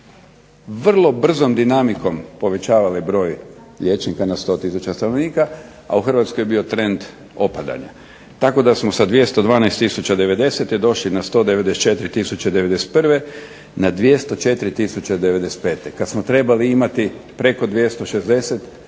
vrlo brzom dinamikom povećavale broj liječnika na 100 tisuća stanovnika a u Hrvatskoj je bio trend opadanja. Tako da smo sa 212 tisuća 90. došli na 194 tisuće 91. na 204 tisuće 95. Kada smo trebali imati preko 260 mi